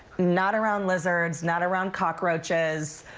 not around lizards, not around cockroaches.